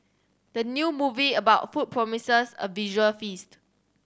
the new movie about food promises a visual feast